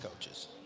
coaches